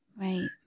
right